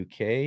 UK